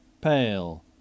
pale